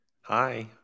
Hi